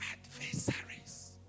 adversaries